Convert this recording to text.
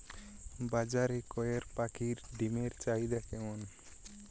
বাজারে কয়ের পাখীর ডিমের চাহিদা কেমন?